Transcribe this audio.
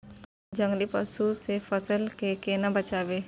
जंगली पसु से फसल के केना बचावी?